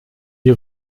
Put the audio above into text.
die